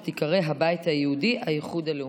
שתיקרא: הבית היהודי-האיחוד הלאומי.